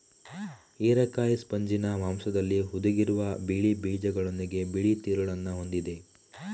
ಹಿರೇಕಾಯಿ ಸ್ಪಂಜಿನ ಮಾಂಸದಲ್ಲಿ ಹುದುಗಿರುವ ಬಿಳಿ ಬೀಜಗಳೊಂದಿಗೆ ಬಿಳಿ ತಿರುಳನ್ನ ಹೊಂದಿದೆ